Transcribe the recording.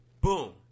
Boom